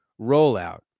rollout